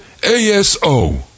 ASO